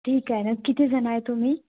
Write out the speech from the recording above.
ठीक आहे ना किती जणं आहे तुम्ही